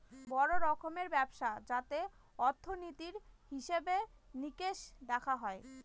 বড়ো রকমের ব্যবস্থা যাতে অর্থনীতির হিসেবে নিকেশ দেখা হয়